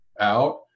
out